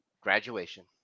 Graduation